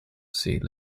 see